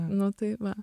nu tai va